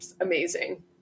amazing